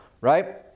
right